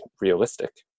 realistic